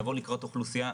לבוא לקראת אוכלוסייה